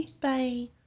Bye